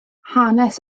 hanes